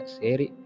seri